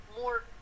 more